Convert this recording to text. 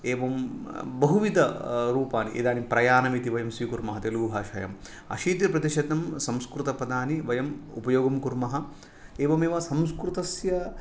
एवं बहुविधरूपाणि इदानीं प्रायाणम् इति स्वीकुर्मः तेलगुभाषायां अशीतिप्रतिशतं संस्कृतपदानि वयम् उपयोगं कुर्मः एवमेव संस्कृतस्य